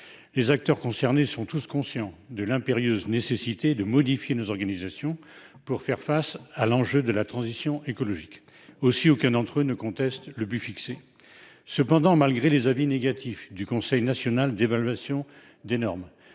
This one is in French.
Les acteurs concernés sont tous conscients de l'impérieuse nécessité de modifier nos organisations pour faire face à l'enjeu de la transition écologique. Aussi, aucun d'entre eux ne conteste le but fixé. Toutefois, malgré les avis négatifs du Conseil national d'évaluation des normes,